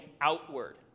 outward